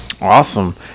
Awesome